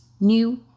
new